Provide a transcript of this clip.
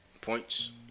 Points